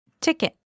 Ticket